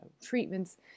treatments